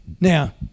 Now